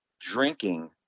drinking